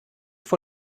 vor